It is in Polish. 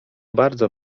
bardzo